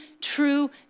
true